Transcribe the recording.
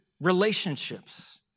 relationships